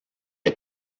est